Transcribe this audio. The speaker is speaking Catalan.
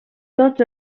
tots